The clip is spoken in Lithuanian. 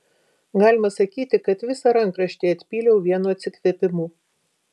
galima sakyti kad visą rankraštį atpyliau vienu atsikvėpimu